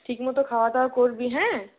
ঠিক মতো খাওয়া দাওয়া করবি হ্যাঁ